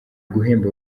guhemba